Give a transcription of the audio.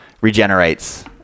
regenerates-